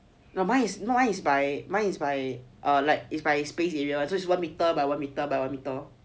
no mine is mine is by mine is by like by space area one meter by one metre by metre